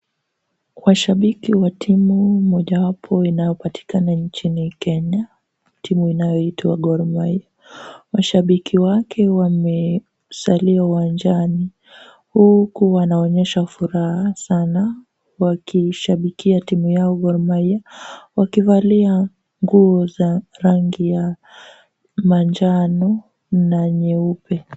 Washabiki wa timu mojawapo inayopatikana nchini Kenya, timu inayoitwa Gor Mahia. Mashabiki wake wamesalia uwanjani, huku wanaonyesha furaha sana wakiushabikia timu yao Gor Mahia, wakivalia nguo za rangi ya majani na nyeupe.